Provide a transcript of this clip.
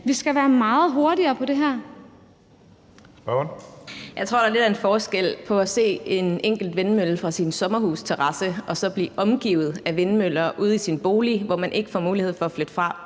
Kl. 11:13 Susie Jessen (DD): Jeg tror, der lidt er en forskel på at se en enkelt vindmølle fra sin sommerhusterrasse og så at blive omgivet af vindmøller ude i sin bolig, som man ikke får mulighed for at flytte fra